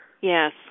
Yes